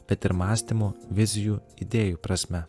bet ir mąstymo vizijų idėjų prasme